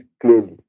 clearly